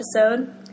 episode